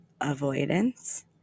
avoidance